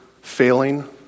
failing